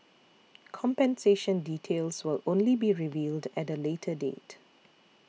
compensation details will only be revealed at a later date